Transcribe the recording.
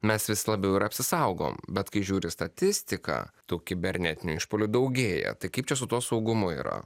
mes vis labiau ir apsisaugom bet kai žiūri statistiką tų kibernetinių išpuolių daugėja tai kaip čia su tuo saugumu yra